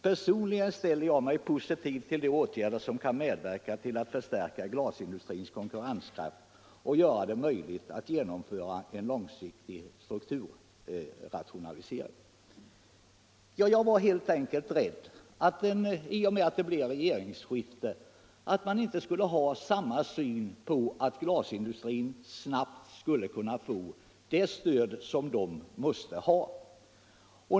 Personligen ställer jag mig positiv till de åtgärder som kan medverka till att förstärka glasindustrins konkurrenskraft och göra det möjligt atvt genomföra en mera långsiktig strukturrationalisering.” Jag var helt enkelt bercdd på, i och med att det blev regeringsskilfte, att man inte skulle ha samma syn i fråga om att glasindustrin snabbt skulle få det stöd som den måste ha.